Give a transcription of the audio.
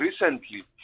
recently